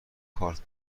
کارت